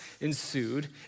ensued